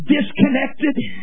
disconnected